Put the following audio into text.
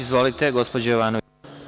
Izvolite, gospođo Jovanović.